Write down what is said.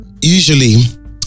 usually